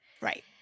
Right